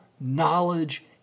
knowledge